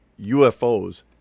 UFOs